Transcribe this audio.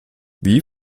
wie